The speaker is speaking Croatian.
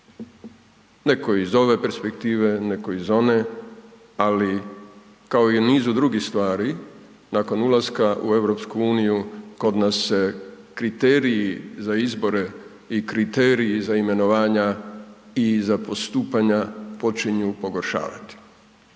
Netko iz ove perspektive, netko iz one, ali kao i nizu drugih stvari, nakon ulaska u EU, kod nas se kriteriji za izbore i kriteriji za imenovanja i za postupanja počinju pogoršavati,